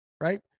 right